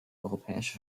europäische